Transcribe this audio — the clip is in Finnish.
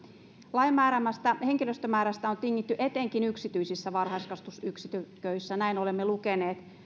lain määräämästä henkilöstömäärästä on tingitty etenkin yksityisissä varhaiskasvatusyksiköissä näin olemme lukeneet